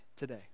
Today